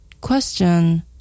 Question